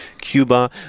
Cuba